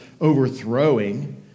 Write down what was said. overthrowing